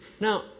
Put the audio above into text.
Now